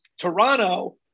Toronto